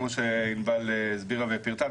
כמו שענבל הסבירה ופירטה,